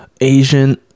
asian